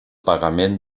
pagament